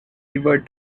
river